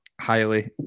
highly